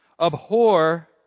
Abhor